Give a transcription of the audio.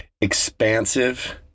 expansive